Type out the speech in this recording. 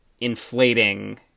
inflating